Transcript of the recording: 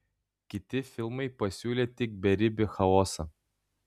kiti filmai pasiūlė tik beribį chaosą